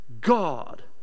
God